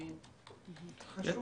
זה חשוב.